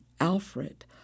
Alfred